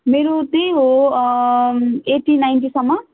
मेरो त्यही हो एटी नाइन्टीसम्म